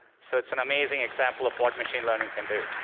so it's an amazing example of what machine learning can do.